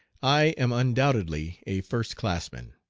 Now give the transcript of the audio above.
i am undoubtedly a first-classman.